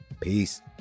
Peace